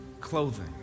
clothing